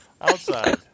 outside